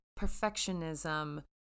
perfectionism